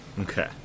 okay